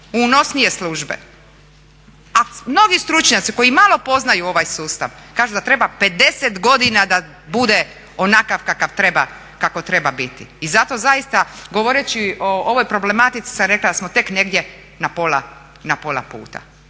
unosnije službe. A mnogi stručnjaci koji malo poznaju ovaj sustav kažu da treba 50 godina bude onakav kakav treba biti. I zato zaista govoreći o ovoj problematici sam rekla da smo tek negdje na pola puta.